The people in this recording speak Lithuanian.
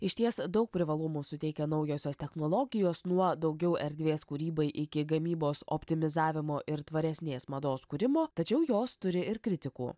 išties daug privalumų suteikia naujosios technologijos nuo daugiau erdvės kūrybai iki gamybos optimizavimo ir tvaresnės mados kūrimo tačiau jos turi ir kritikų